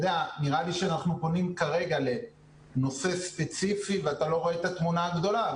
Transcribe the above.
נראה לי שאנחנו פונים כרגע לנושא ספציפי ואתה לא רואה את התמונה הגדולה.